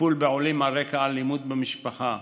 לטיפול בעולים על רקע אלימות במשפחה,